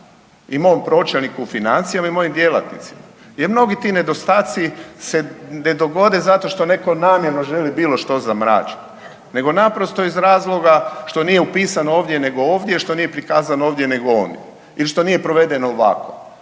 i mom pročelniku u financijama i mojim djelatnicima. Jer mnogi ti nedostaci se ne dogode zato što netko namjerno želi bilo što zamračiti, nego naprosto iz razloga što nije upisan ovdje, nego ovdje, što nije prikazan ovdje, nego ondje ili što nije proveden ovako.